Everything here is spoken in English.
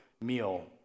meal